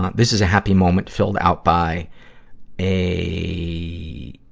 this is a happy moment filled out by a